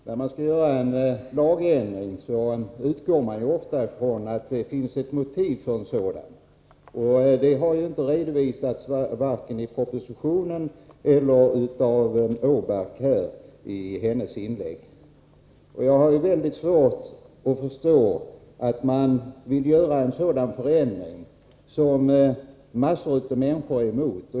Herr talman! När man skall göra en lagändring utgår man ofta ifrån att det finns ett motiv för en sådan. Något motiv har emellertid inte redovisats vare sig i propositionen eller i Ulla-Britt Åbarks inlägg. Jag har mycket svårt att förstå att man vill göra en sådan förändring som massor av människor är emot.